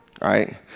Right